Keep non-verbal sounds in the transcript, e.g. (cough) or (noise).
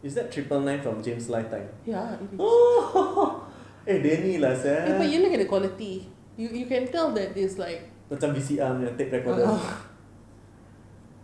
is there a triple nine from james lifetime oh (laughs) eh danny lah sia macam V_C_R punya tape recorder